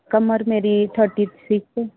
ਕਮਰ ਮੇਰੀ thirty six